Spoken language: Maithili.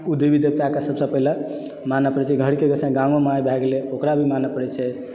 उ देवी देवताके सबसँ पहिने मानऽ पड़ै छै घरके गोसाईं गामेमे भए गेलै ओकरा भी मानै पड़ै छै